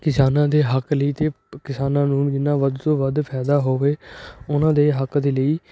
ਕਿਸਾਨਾਂ ਦੇ ਹੱਕ ਲਈ ਅਤੇ ਕਿਸਾਨਾਂ ਨੂੰ ਜਿੰਨਾ ਵੱਧ ਤੋਂ ਵੱਧ ਫਾਇਦਾ ਹੋਵੇ ਉਹਨਾਂ ਦੇ ਹੱਕ ਦੇ ਲਈ